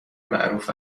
معروف